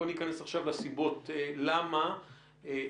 אנחנו לא נכנס עכשיו לסיבות למה ואיך.